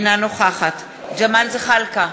אינה נוכחת ג'מאל זחאלקה,